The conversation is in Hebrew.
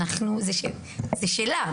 זה שלה.